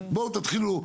בואו תתחילו.